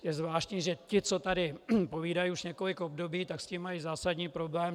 Je zvláštní, že ti, co tady povídají už několik období, s tím mají zásadní problém.